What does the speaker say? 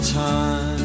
time